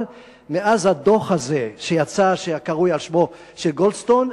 אבל מאז יצא הדוח הזה הקרוי על שמו של גולדסטון,